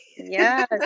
Yes